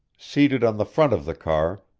seated on the front of the car,